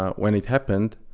ah when it happened,